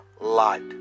light